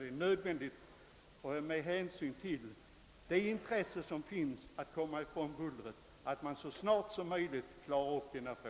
Det är med hänsyn till intresset att få bort bullret från flygplatsen vid Bulltofta nödvändigt att så snart som möjligt klara upp denna frå